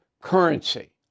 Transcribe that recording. currency